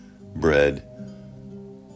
bread